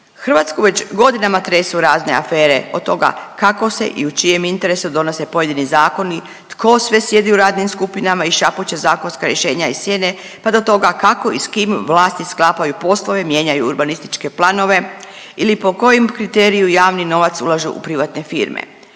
Hrvatsku već godinama tresu razne afere od toga kako se i u čijem interesu donose pojedini zakoni, tko sve sjedi u radnim skupinama i šapuće zakonska rješenja iz sjene pa do toga kako i s kim vlasti sklapaju poslove, mijenjaju urbanističke planove ili po kojem kriteriju javni novac ulažu u privatne firme.